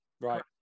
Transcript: Right